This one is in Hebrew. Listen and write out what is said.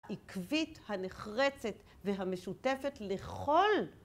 עקבית הנחרצת והמשותפת לכל